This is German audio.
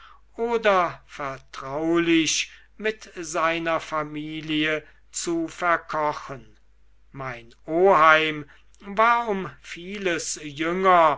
oder vertraulich mit seiner familie zu verkochen mein oheim war um vieles jünger